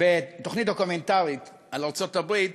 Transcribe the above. בתוכנית דוקומנטרית על ארצות-הברית